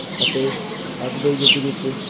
ਅਤੇ ਅੱਜ ਦੇ ਯੁੱਗ ਵਿੱਚ